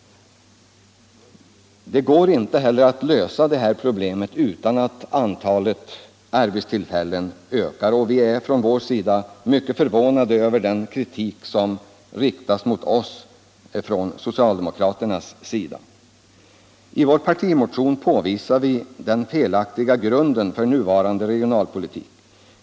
Det går inte heller att lösa problemet utan att antalet arbetstillfällen ökar. Vi centerpartister är därför mycket förvånade över den kritik som riktats mot oss från socialdemokraterna. I vår partimotion påvisar vi den felaktiga grunden för den nuvarande regionalpolitiken.